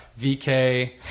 VK